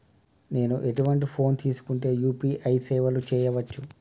నేను ఎటువంటి ఫోన్ తీసుకుంటే యూ.పీ.ఐ సేవలు చేయవచ్చు?